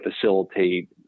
facilitate